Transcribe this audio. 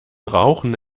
rauchen